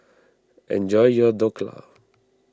enjoy your Dhokla